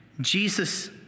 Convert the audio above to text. Jesus